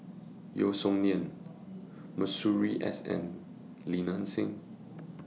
Yeo Song Nian Masuri S N and Li Nanxing